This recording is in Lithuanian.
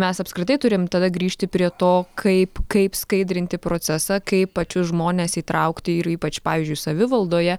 mes apskritai turim tada grįžti prie to kaip kaip skaidrinti procesą kaip pačius žmones įtraukti ir ypač pavyzdžiui savivaldoje